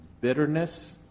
bitterness